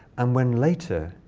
and when, later,